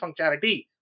functionality